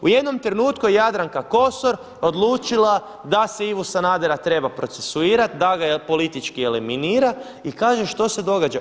U jednom trenutku je Jadranka Kosor odlučila da se Ivu Sanadera treba procesuirati, da ga politički eliminira i kaže što se događa.